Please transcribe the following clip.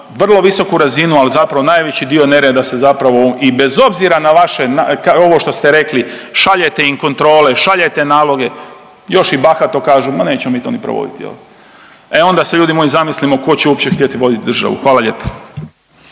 vrlo visoku razinu ali zapravo najveći dio nereda se zapravo i bez obzira na vaše ovo što ste rekli šaljete im kontrole, šaljete naloge još i bahato kažu ma nećemo mi to ni provoditi. E onda se ljudi moji zamislimo tko će uopće htjeti voditi državu. Hvala lijepo.